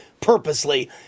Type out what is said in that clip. purposely